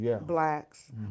blacks